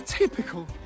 Typical